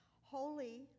holy